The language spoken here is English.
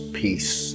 peace